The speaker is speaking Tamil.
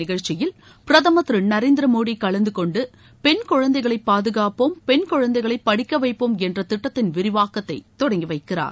நிகழ்ச்சியில் பிரதமர் திரு நரேந்திரமோடி கலந்து கொண்டு பெண் குழந்தைகளை பாதுகாப்போம் பெண் குழந்தைகளை படிக்க வைப்போம் என்ற திட்டத்தின் விரிவாக்கத்தை தொடங்கி வைக்கிறார்